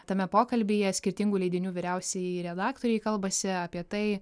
tame pokalbyje skirtingų leidinių vyriausieji redaktoriai kalbasi apie tai